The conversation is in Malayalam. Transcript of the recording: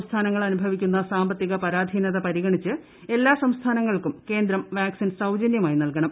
സംസ്ഥാനങ്ങൾ അനുഭവിക്കുന്ന സാമ്പത്തിക പരാധീനത പരിഗണിച്ച് എല്ലാ സംസ്ഥാനങ്ങൾക്കും കേന്ദ്രം വാക്ട്സിൻ സൌജന്യമായി നൽകണം